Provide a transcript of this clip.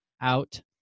out